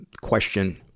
question